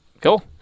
Cool